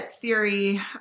theory